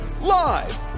Live